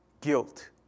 guilt